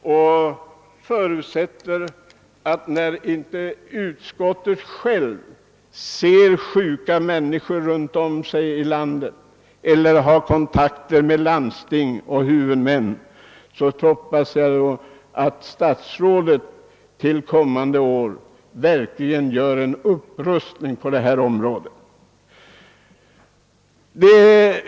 Eftersom utskottet inte tycks kunna se de många sjuka människorna runt om i landet och inte heller har kontakter med sjukvårdens huvudmän landstingen, hoppas jag att herr statsrådet till kommande år genomför en verklig upprustning på detta område.